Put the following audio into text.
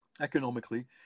economically